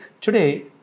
today